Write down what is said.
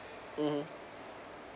mmhmm